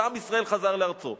שעם ישראל חזר לארצו.